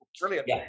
brilliant